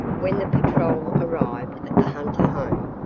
when the patrol arrived at the hunter home,